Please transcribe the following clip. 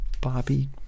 Bobby